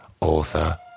author